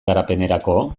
garapenerako